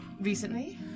Recently